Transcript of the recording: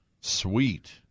Sweet